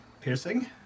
piercing